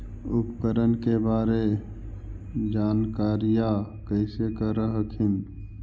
उपकरण के बारे जानकारीया कैसे कर हखिन?